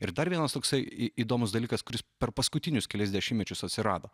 ir dar vienas toksai įdomus dalykas kuris per paskutinius kelis dešimtmečius atsirado